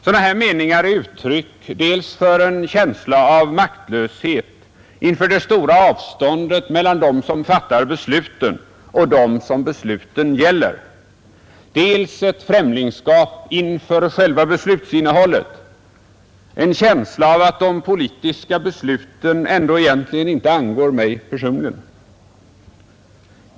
Sådana meningar är uttryck dels för en känsla av maktlöshet inför det stora avståndet mellan dem som fattar besluten och dem som besluten gäller, dels för ett främlingskap inför själva beslutsinnehället — en känsla av att de politiska besluten egentligen inte angår mig personligen.